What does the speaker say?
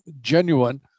genuine